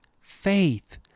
faith